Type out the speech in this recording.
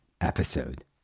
episode